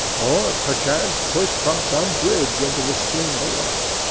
or perchance pushed from some bridge into the stream below.